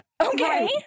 Okay